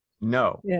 No